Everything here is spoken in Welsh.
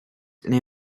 neu